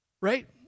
right